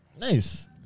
Nice